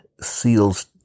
SEALs